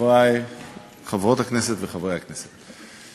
וחברי חברות הכנסת וחברי הכנסת,